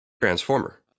transformer